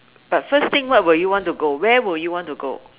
but first thing what will you want to go where will you want to go